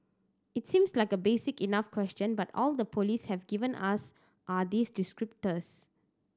it seems like a basic enough question but all the police have given us are these descriptors